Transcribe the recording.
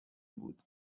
بود